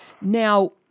Now